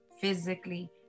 physically